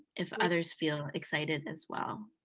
if others feel excited as well.